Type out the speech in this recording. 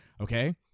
Okay